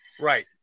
Right